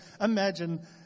imagine